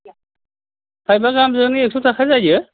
थाइबा गाहामजोंनो एकस' थाखा जायो